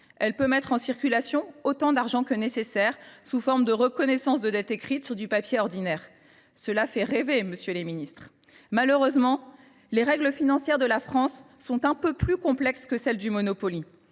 elle peut mettre en circulation autant d’argent que nécessaire sous forme de reconnaissance de dette écrite sur du papier ordinaire. Cela fait rêver, messieurs les ministres ! Malheureusement, nos règles financières sont un peu plus complexes et l’État ne